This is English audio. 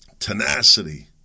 tenacity